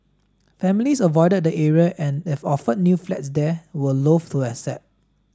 families avoided the area and if offered new flats there were loathe to accept